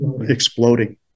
exploding